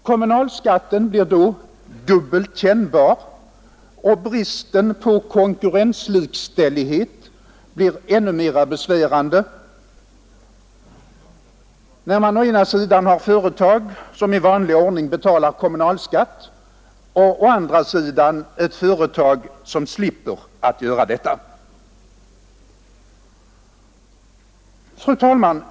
Kommunalskatten blir då dubbelt kännbar och bristen på konkurrenslikställighet blir ännu mera besvärande, när man å ena sidan har företag som i vanlig ordning betalar kommunalskatt och å andra sidan företag som slipper att göra detta. Fru talman!